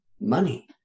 money